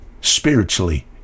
spiritually